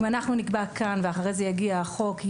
אם אנחנו נקבע כאן ואחר כך יגיע החוק,